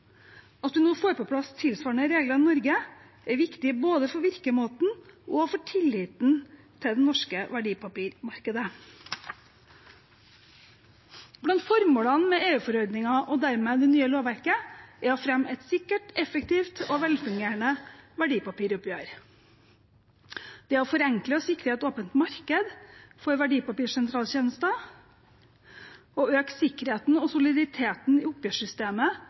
At man nå får på plass tilsvarende regler i Norge, er viktig både for virkemåten og for tilliten til det norske verdipapirmarkedet. Blant formålene med EU-forordningen og dermed det nye lovverket er å fremme et sikkert, effektivt og velfungerende verdipapiroppgjør, å forenkle og sikre et åpent marked for verdipapirsentraltjenester, å øke sikkerheten og soliditeten i oppgjørssystemet